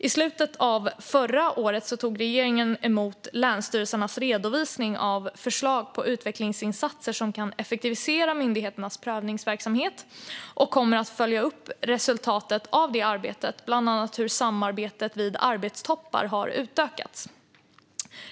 I slutet av förra året tog regeringen emot länsstyrelsernas redovisning av förslag på utvecklingsinsatser som kan effektivisera myndigheternas prövningsverksamhet. Vi kommer att följa upp resultatet av det arbetet, bland annat hur samarbetet vid arbetstoppar har utökats.